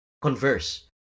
converse